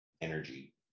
energy